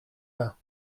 bains